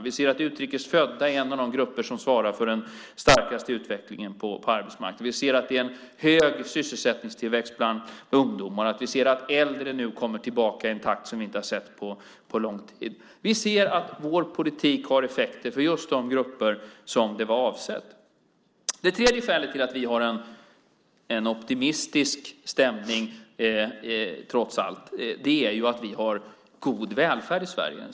Vi ser att utrikes födda är en av de grupper som svarar för den starkaste utvecklingen på arbetsmarknaden. Vi ser att det är en hög sysselsättningstillväxt bland ungdomar. Vi ser att äldre nu kommer tillbaka i en takt som vi inte har sett på lång tid. Vi ser att vår politik har effekter för just de grupper som det var avsett. Det tredje skälet till att vi trots allt har en optimistisk stämning är ju att vi har god välfärd i Sverige.